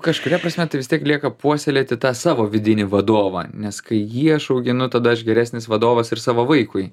kažkuria prasme tai vis tiek lieka puoselėti tą savo vidinį vadovą nes kai jį aš auginu tada aš geresnis vadovas ir savo vaikui